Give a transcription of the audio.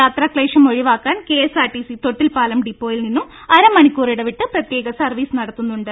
യാത്രാക്ലേശം ഒഴിവാക്കാൻ K S R T C Thottilpalam ഡിപ്പോയിൽ നിന്നും അരമണിക്കൂർ ഇടവിട്ട് പ്രത്യേക സർവീസ് നടത്തുന്നുണ്ട്